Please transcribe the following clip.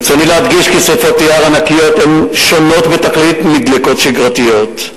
ברצוני להדגיש כי שרפות יער ענקיות שונות בתכלית מדלקות שגרתיות.